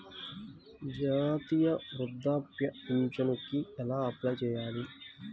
జాతీయ వృద్ధాప్య పింఛనుకి ఎలా అప్లై చేయాలి?